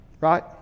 Right